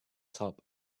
top